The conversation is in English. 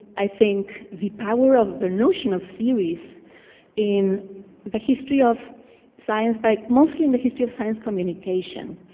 i think, the power of the notion of series in the history of science, but mostly in the history of science communication.